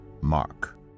Mark